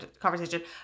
conversation